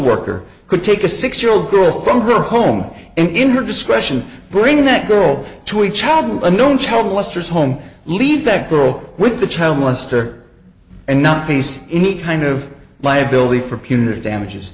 worker could take a six year old girl from her home and in her discretion bring that girl to a child unknown child molester's home leave that girl with the child molester and not piece any kind of liability for punitive damages